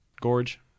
Gorge